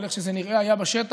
אבל איך שזה נראה היה בשטח,